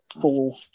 four